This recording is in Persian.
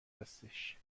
هستش